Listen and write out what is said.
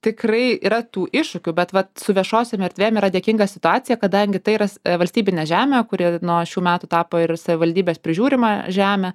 tikrai yra tų iššūkių bet vat su viešosiom erdvėm yra dėkinga situacija kadangi tai yra valstybinė žemė kuri nuo šių metų tapo ir savivaldybės prižiūrima žeme